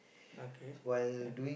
okay can